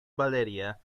valeria